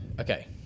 okay